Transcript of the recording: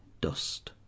dust